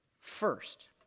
First